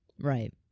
Right